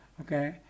Okay